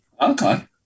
Okay